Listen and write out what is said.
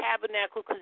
tabernacle